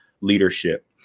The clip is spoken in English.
leadership